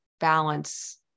balance